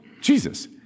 Jesus